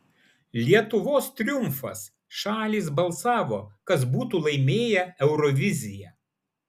lietuvos triumfas šalys balsavo kas būtų laimėję euroviziją